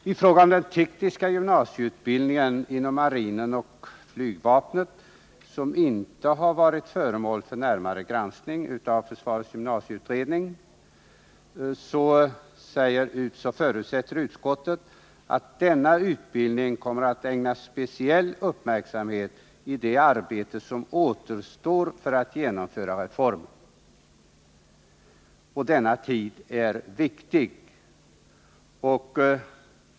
När det gäller den tekniska gymnasieutbildningen inom marinen och flygvapnet — den har inte varit föremål för närmare granskning av försvarets gymnasieutredning — förutsätter utskottet att denna utbildning kommer att ägnas speciell uppmärksamhet i det arbete som återstår för att genomföra reformen. Denna tid är viktig.